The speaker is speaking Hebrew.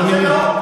למה הממשלה מתערבת?